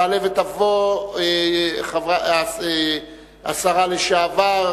תעלה ותבוא השרה לשעבר,